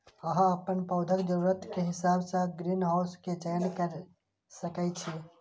अहां अपन पौधाक जरूरत के हिसाब सं ग्रीनहाउस के चयन कैर सकै छी